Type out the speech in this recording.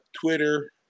Twitter